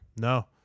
No